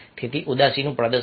તેથી ઉદાસીનું પ્રદર્શન